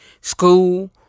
school